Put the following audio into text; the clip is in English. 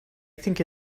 think